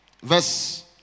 verse